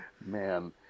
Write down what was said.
Man